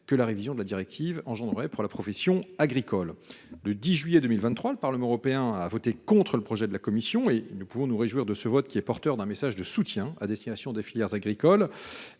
que la révision de la directive engendrerait pour la profession agricole. Le 10 juillet 2023, le Parlement européen a voté contre le projet de la Commission. Nous pouvons nous réjouir de ce vote, qui est porteur d’un message de soutien à destination des filières agricoles.